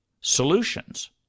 solutions